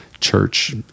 church